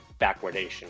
backwardation